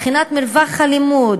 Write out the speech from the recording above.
מבחינת מרחב הלימוד,